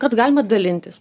kad galima dalintis